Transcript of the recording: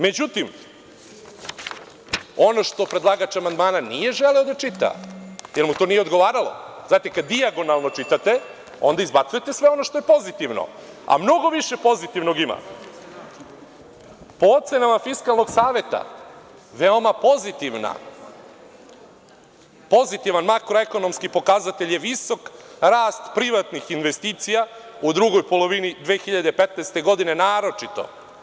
Međutim, ono što predlagač amandmana nije želeo da čita jer mu to nije odgovaralo, a kada dijagonalno čitate, onda izbacujete sve ono što je pozitivno, a mnogo više pozitivnog ima, po ocenama Fiskalnog saveta veoma pozitivan makroekonomski pokazatelj je visok rast privatnih investicija u drugoj polovini 2015. godine naročito.